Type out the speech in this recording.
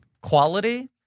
quality